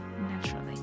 naturally